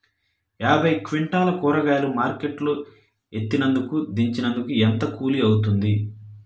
యాభై క్వింటాలు కూరగాయలు మార్కెట్ లో ఎత్తినందుకు, దించినందుకు ఏంత కూలి అవుతుంది?